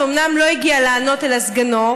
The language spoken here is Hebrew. שאומנם לא הגיע לענות אלא סגנו,